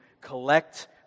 collect